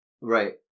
Right